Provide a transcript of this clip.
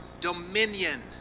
dominion